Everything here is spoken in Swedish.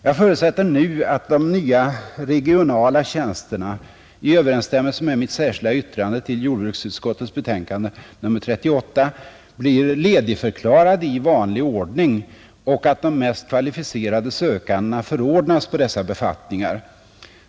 Jag förutsätter nu att de nya regionala tjänsterna i överensstämmelse med mitt särskilda yttrande till jordbruksutskottets betänkande nr 38 blir ledigförklarade i vanlig ordning och att de mest kvalificerade sökandena förordnas på dessa befattningar.